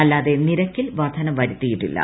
അല്ലാതെ നിരക്കിൽ വർദ്ധന വരുത്തിയിട്ടില്ല